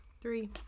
Three